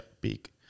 Big